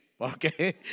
Okay